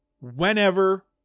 whenever